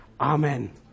Amen